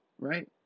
right